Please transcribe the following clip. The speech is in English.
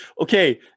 okay